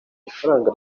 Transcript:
ifaranga